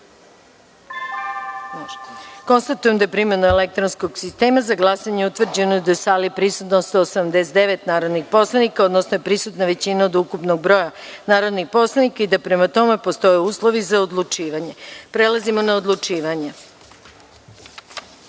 glasanje. Konstatujem da je primenom elektronskog sistema za glasanje utvrđeno da je u sali prisutno 179 narodnih poslanika, odnosno da je prisutna većina od ukupnog broja narodnih poslanika i da prema tome postoje uslovi za odlučivanje. Prelazimo na odlučivanje. Prelazimo